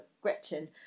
Gretchen